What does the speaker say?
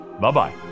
Bye-bye